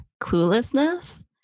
cluelessness